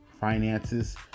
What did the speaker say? finances